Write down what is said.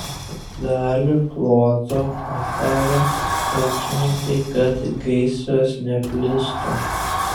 dalį ploto aparė ūkininkai kad gaisras neplistų